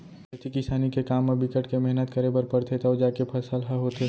खेती किसानी के काम म बिकट के मेहनत करे बर परथे तव जाके फसल ह होथे